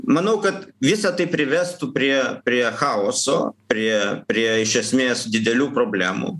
manau kad visa tai privestų prie prie chaoso prie prie iš esmės didelių problemų